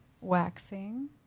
waxing